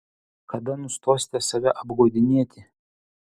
kada nustosite save apgaudinėti